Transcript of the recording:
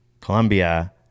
Colombia